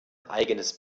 eigenes